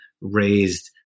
raised